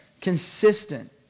consistent